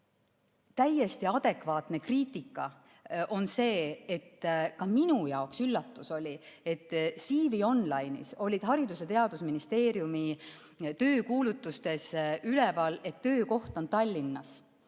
Täiesti adekvaatne kriitika on see, ka minu jaoks oli üllatus, et CV‑Online'is oli Haridus- ja Teadusministeeriumi töökuulutustes üleval, et töökoht on Tallinnas.